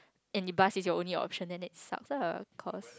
and the bus is your only option then it sucks lah cause